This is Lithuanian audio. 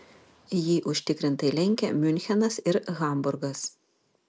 jį užtikrintai lenkia miunchenas ir hamburgas